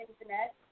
internet